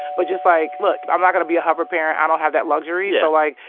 but just like, look, i'm not going to be a hover parent. i don't have that luxury. yeah. so like,